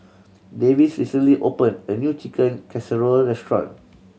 Davis recently opened a new Chicken Casserole restaurant